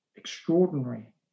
Extraordinary